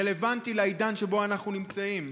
רלוונטית לעידן שבו אנחנו נמצאים?